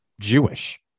Jewish